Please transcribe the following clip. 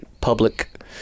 public